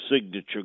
signature